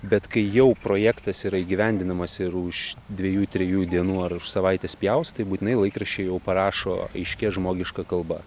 bet kai jau projektas yra įgyvendinamas ir už dviejų trijų dienų ar už savaitės būtinai laikraščiai jau parašo aiškia žmogiška kalba